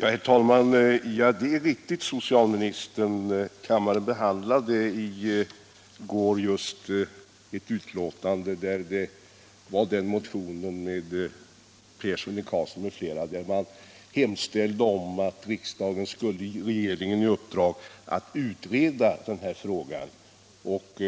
Herr talman! Det är riktigt, herr socialminister, att kammaren i går behandlade ett betänkande som bl.a. gällde en motion av herr Persson i Karlstad m.fl., där man hemställde om att riksdagen skulle ge regeringen i uppdrag att utreda den här frågan och